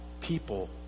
People